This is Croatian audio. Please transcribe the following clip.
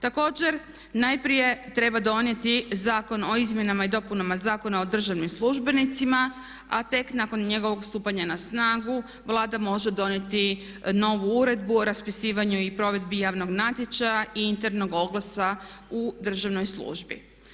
Također najprije treba donijeti Zakon o izmjenama i dopunama Zakona o državnim službenicima a tek nakon njegovo stupanja na snagu Vlada može donijeti novu Uredbu o raspisivanju i provedbi javnog natječaja i internog oglasa u državnoj službi.